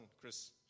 Chris